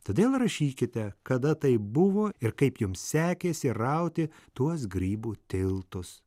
todėl rašykite kada tai buvo ir kaip jums sekėsi rauti tuos grybų tiltus